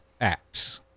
acts